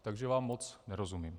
Takže vám moc nerozumím.